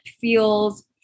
feels